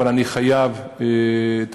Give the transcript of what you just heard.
אני חייב את